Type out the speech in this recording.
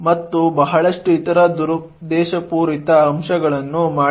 ಮತ್ತು ಬಹಳಷ್ಟು ಇತರ ದುರುದ್ದೇಶಪೂರಿತ ಅಂಶಗಳನ್ನು ಮಾಡಿ